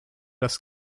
das